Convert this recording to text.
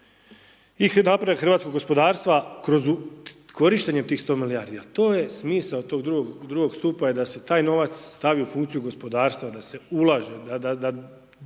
i napredak hrvatskog gospodarstva, kroz korištenjem tih 100 milijardi a to je smisao tog drugog stupa je da se taj novac stavi u funkciju gospodarstva, da se ulaže, da